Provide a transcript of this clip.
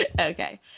Okay